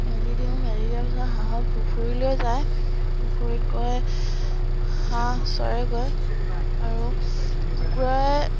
মেলি দিওঁ মেলি দিয়াৰ পিছত হাঁহ পুখুৰীলৈ যায় পুখুৰীত গৈ হাঁহ চৰেগৈ আৰু কুকুৰা